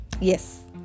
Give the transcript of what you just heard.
yes